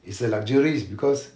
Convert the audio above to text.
is a luxury is because